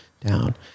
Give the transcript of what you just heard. down